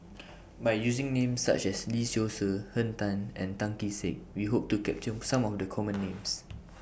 By using Names such as Lee Seow Ser Henn Tan and Tan Kee Sek We Hope to capture Some of The Common Names